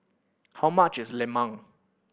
how much is lemang